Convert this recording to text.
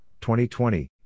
2020